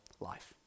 life